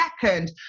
second